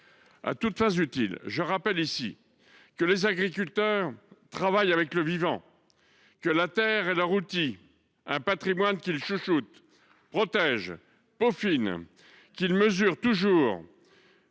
À toutes fins utiles, je rappelle ici que les agriculteurs travaillent avec le vivant, que la terre est leur outil, un patrimoine qu’ils chouchoutent, protègent, peaufinent. Ils mesurent toujours